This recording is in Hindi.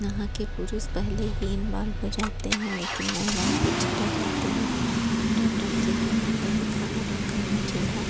यहाँ के पुरुष पहले ही इंवाल्व हो जाते हैं लेकिन महिलाएँ पीछे रह जाती हैं डर डरकर घर में वही खाना पकाना चूल्हा